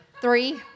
three